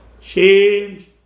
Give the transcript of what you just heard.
Change